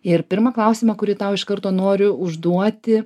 ir pirmą klausimą kurį tau iš karto noriu užduoti